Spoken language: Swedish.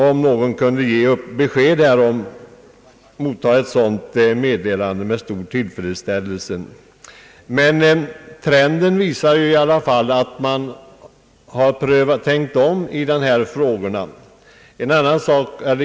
Om någon kunde ge besked om detta, skulle jag mottaga ett sådant meddelande med stor tillfredsställelse. Trenden visar i alla fall att man har tänkt om i dessa frågor.